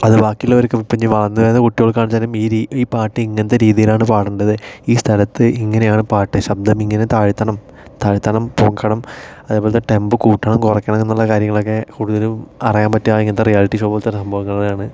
അത് ബാക്കി ഉള്ളവർക്കും പിന്നെ വളർന്നു വരുന്ന കുട്ടികൾക്ക് ആണെന്നു വച്ചാൽ മീതി ഈ പാട്ട് ഇങ്ങനത്തെ രീതിയിലാണ് പാടേണ്ടത് ഈ സ്ഥലത്ത് ഇങ്ങനെയാണ് പാട്ട് ശബ്ദം ഇങ്ങനെ താഴ്ത്തണം താഴ്ത്തണം പൊക്കണം അതേപോലത്തെ ടെമ്പോ കൂട്ടണം കുറയ്ക്കണം എന്നുള്ള കാര്യങ്ങളൊക്കെ കൂടുതലും അറിയാൻ പറ്റുക ഇങ്ങനത്തെ റിയാലിറ്റി ഷോ പോലത്തെ സംഭവങ്ങളിലാണ്